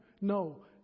No